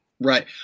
Right